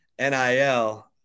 NIL